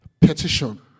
Petition